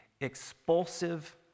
expulsive